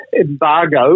embargo